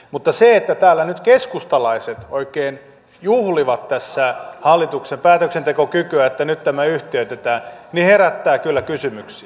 mutta se että täällä nyt keskustalaiset oikein juhlivat tässä hallituksen päätöksentekokykyä että nyt tämä yhtiöitetään herättää kyllä kysymyksiä